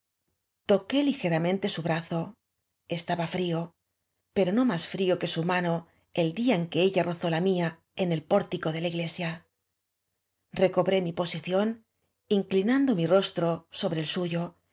toqué li geramente su brazo estaba trío pero no más frío que su mano el día en que ella rozó la mía en el pórtico de ia iglesia recobré mi posición inclinando mi rostro sobre ei suyo